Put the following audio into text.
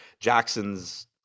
Jackson's